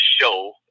show